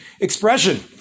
expression